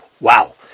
Wow